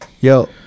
Yo